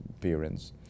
parents